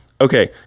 Okay